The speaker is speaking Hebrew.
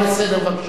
בבקשה,